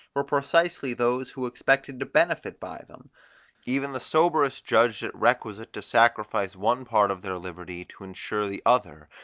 were precisely those who expected to benefit by them even the soberest judged it requisite to sacrifice one part of their liberty to ensure the other,